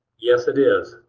yes it is.